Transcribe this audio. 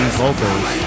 vocals